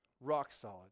Rock-solid